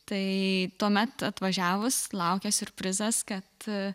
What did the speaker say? tai tuomet atvažiavus laukia siurprizas kad